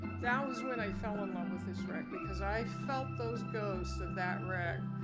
that was when i fell in love with this wreck, because i felt those ghosts of that wreck,